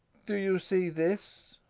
do you see this?